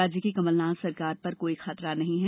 राज्य की कमलनाथ सरकार पर कोई खतरा नहीं है